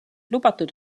lubatud